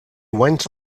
went